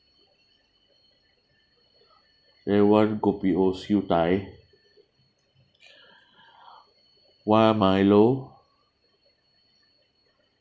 uh one kopi O siew dai one milo